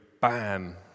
Bam